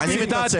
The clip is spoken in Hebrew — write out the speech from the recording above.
אני מתנצל.